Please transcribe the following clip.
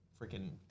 freaking